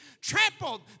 trampled